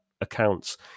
accounts